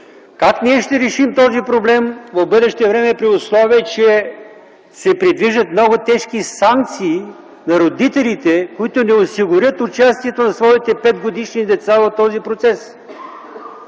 Как ние ще решим този проблем в бъдеще време при условие, че се предвиждат много тежки санкции на родителите, които не осигурят участието на своите петгодишни деца в този процес?